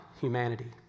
humanity